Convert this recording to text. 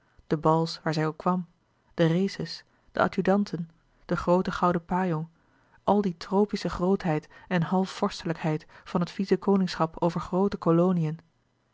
de bals waar zij al kwam de races de adjudanten de groote gouden pajong al die tropische grootheid en half vorstelijkheid van het vice koningschap over groote koloniën